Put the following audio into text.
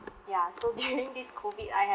ya so during this COVID I have